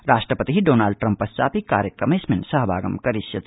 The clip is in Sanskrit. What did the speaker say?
राष्ट्रपति डोनाल्ड ट्रम्पश्चापि कार्यक्रमेऽस्मिन् सहभागं करिष्यति